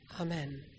Amen